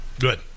Good